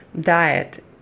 diet